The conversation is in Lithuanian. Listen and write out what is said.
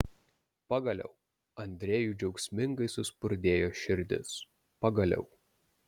pagaliau andrejui džiaugsmingai suspurdėjo širdis pagaliau